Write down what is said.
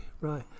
right